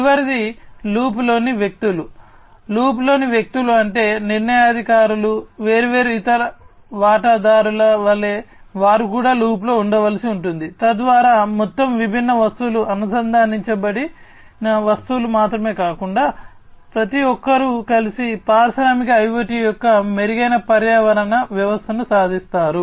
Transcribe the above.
చివరిది లూప్లోని వ్యక్తులు వలె వారు కూడా లూప్లో ఉంచవలసి ఉంటుంది తద్వారా మొత్తంగా ఈ విభిన్న వస్తువులు అనుసంధానించబడిన వస్తువులు మాత్రమే కాకుండా ప్రతి ఒక్కరూ కలిసి పారిశ్రామిక IoT యొక్క మెరుగైన పర్యావరణ వ్యవస్థను సాధిస్తారు